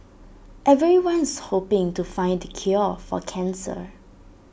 everyone's hoping to find the cure for cancer